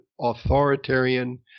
authoritarian